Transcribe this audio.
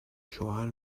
شوهر